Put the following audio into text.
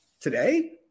today